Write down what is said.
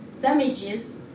damages